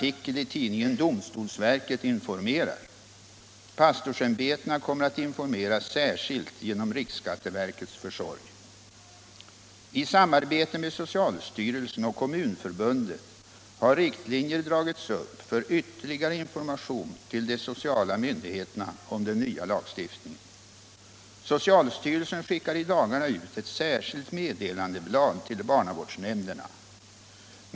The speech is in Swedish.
I samarbete med socialstyrelsen och Kommunförbundet har riktlinjer dragits upp för ytterligare information till de sociala myndigheterna om den nya lagstiftningen. Socialstyrelsen skickar i dagarna ut ett särskilt meddelandeblad till barnavårdsnämnderna.